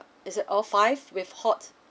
is it all five with hot